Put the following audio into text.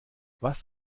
was